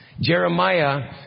Jeremiah